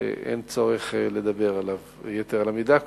שאין צורך לדבר עליו יתר על המידה,